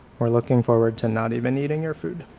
we're looking forward to not even eating your food.